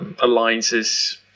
alliances